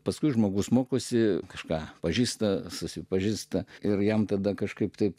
paskui žmogus mokosi kažką pažįsta susipažįsta ir jam tada kažkaip taip